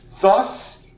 thus